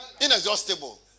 Inexhaustible